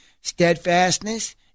steadfastness